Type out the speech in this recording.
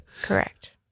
Correct